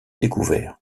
découvert